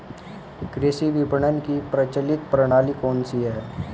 कृषि विपणन की प्रचलित प्रणाली कौन सी है?